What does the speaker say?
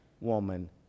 woman